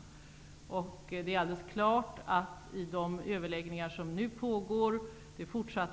En av de frågor som kommer att finnas kvar på Jugoslavienkonferensens bord i de fortsatta överläggningarna är Kosovafrågan.